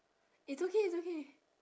it's okay it's okay